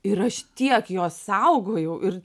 ir aš tiek juos saugojau ir